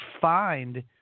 find